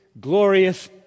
glorious